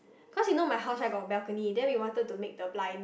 cause you know my house right got a balcony then we wanted to make the blinds